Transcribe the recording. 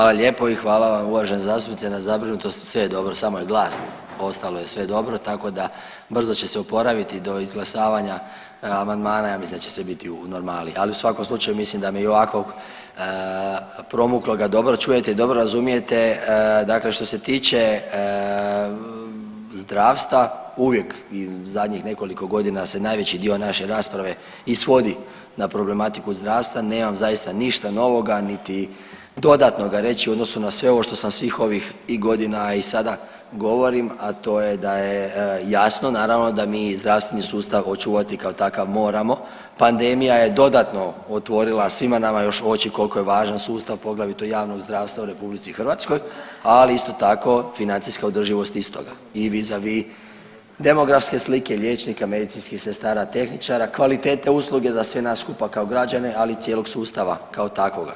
Hvala lijepo i hvala vam uvažena zastupnice za zabrinutosti, sve je dobro samo je glas, ostalo je sve dobro, tako da brzo ću se oporaviti do izglasavanja amandmana, ja mislim da će sve biti u normali ali u svakom slučaju, mislim da me i ovakvog promukloga dobro čujete i dobro razumijete, dakle što se tiče zdravstva, uvijek i zadnjih nekoliko godina se najveći dio naše rasprave i svodi na problematiku zdravstva, nemam zaista ništa novoga niti dodatnoga reći u odnosu na sve ovo što sam svih ovih i godina i sada govorim a to je da je jasno naravno da mi zdravstveni sustav očuvati kao takav moramo, pandemija je dodatno otvorila svima nama još oči koliko je važan sustav, poglavito javnog zdravstva u RH ali isto tako, financijska održivost istoga i vis a vis demografske slike liječnika, medicinskih sestara, tehničara, kvalitete usluge za sve nas kao građane ali i cijelog sustava kao takvoga.